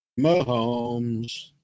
Mahomes